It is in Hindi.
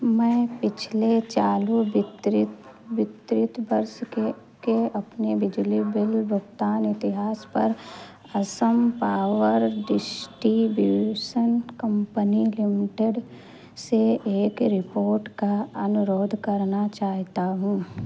मैं पिछले चालू वर्ष के के अपने बिजली बिल भुगतान इतिहास पर Assam power distribution company limited से एक रिपोर्ट का अनुरोध करना चाहता हूँ